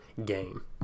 game